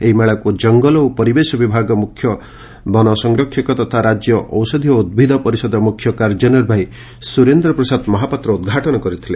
ଏହି ମେଳାକୁ ଜଙ୍ଙଲ ଓ ପରିବେଶ ବିଭାଗ ମୁଖ୍ୟ ବନସଂରକ୍ଷକ ତଥା ରାକ୍ୟ ଔଷଧୀୟ ଉଭିଦ ପରିଷଦ ମୁଖ୍ୟ କାର୍ଯ୍ୟନିର୍ବାହୀ ସୁରେନ୍ଦ୍ର ପ୍ରସାଦ ମହାପାତ୍ର ଉଦ୍ଘାଟନ କରିଥିଲେ